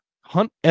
Hunt